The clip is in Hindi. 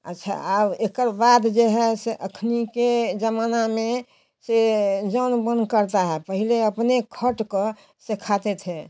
अच्छा अब एकर बाद जे है से अखनी के ज़माना में से जोन मन करता है पहले अपने खट कर से खाते थे